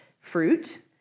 fruit